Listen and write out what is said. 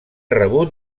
rebut